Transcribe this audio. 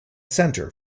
center